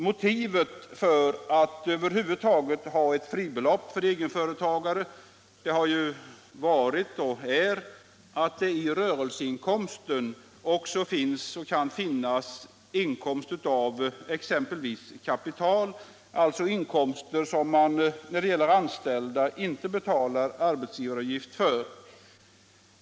Motivet för att över huvud taget ha ett fribelopp för egenföretagare har varit och är att det i rörelseinkomsten också kan finnas inkomst av exempelvis kapital, alltså inkomster som inte är belagda med arbetsgivaravgift för anställd personal.